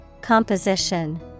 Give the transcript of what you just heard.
Composition